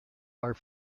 are